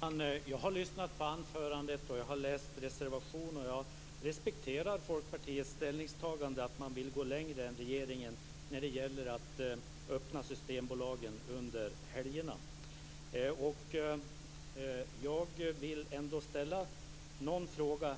Herr talman! Jag har lyssnat på anförandet, och jag har läst reservationen. Jag respekterar Folkpartiets ställningstagande att man vill gå längre än regeringen när det gäller systembolagens öppethållande under helgerna. Men jag vill ställa någon fråga